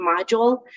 module